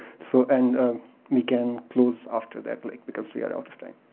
so and we can close after that, like because we are out of time.